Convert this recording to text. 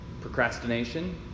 procrastination